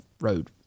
road